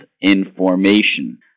information